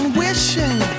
wishing